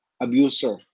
abuser